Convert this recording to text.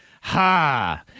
Ha